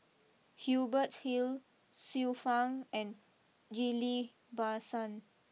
Hubert Hill Xiu Fang and Ghillie Basan